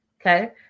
Okay